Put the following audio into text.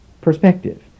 perspective